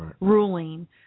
ruling